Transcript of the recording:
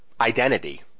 identity